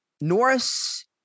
Norris